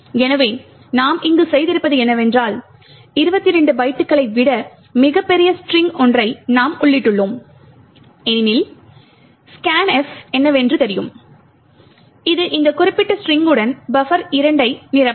எனவே நாம் இங்கு செய்திருப்பது என்னவென்றால் 22 பைட்டுகளை விட மிகப் பெரிய ஸ்ட்ரிங் ஒன்றை நாம் உள்ளிட்டுள்ளோம் ஏனெனில் scanf என்னவென்று தெரியும் இது இந்த குறிப்பிட்ட ஸ்ட்ரிங்குடன் பஃபர் 2 ஐ நிரப்பும்